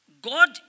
God